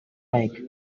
lake